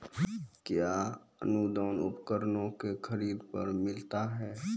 कया अनुदान उपकरणों के खरीद पर मिलता है?